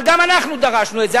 אבל גם אנחנו דרשנו את זה.